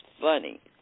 funny